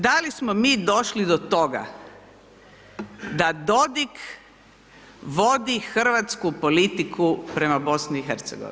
Da li smo mi došli do toga da Dodig vodi hrvatsku politiku prema BiH?